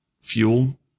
fuel